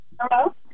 Hello